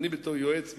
אני, בתור יועץ מפה,